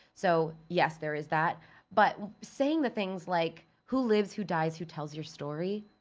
so yes, there is that but saying the things like, who lives, who dies, who tells your story?